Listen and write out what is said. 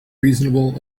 reasonable